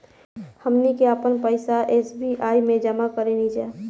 हमनी के आपन पइसा एस.बी.आई में जामा करेनिजा